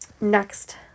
next